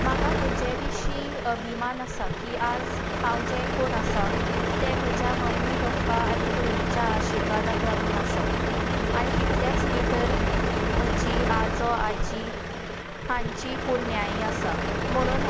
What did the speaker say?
म्हाका म्हजे विशीं अभिमान आसा की आज हांव जें कोण आसा तें म्हज्या मम्मी पप्पा आनी भयणीच्या आशिर्वादाक लागून आसा आनी तितलेंच न्ही तर म्हजी आजो आजी हांचीय पुण्यायी आसा म्हणून